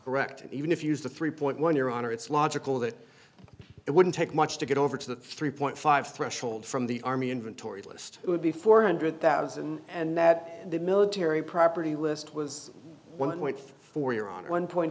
correct even if you use the three point one your honor it's logical that it wouldn't take much to get over to the three point five threshold from the army inventory list it would be four hundred thousand and that the military property list was one point four you're on one point